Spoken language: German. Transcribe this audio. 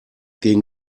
gegen